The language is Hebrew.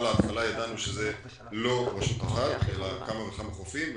מיד בהתחלה ידענו שזה לא רשות אחת אלא כמה וכמה חופים.